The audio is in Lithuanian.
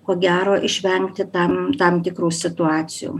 ko gero išvengti tam tam tikrų situacijų